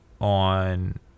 on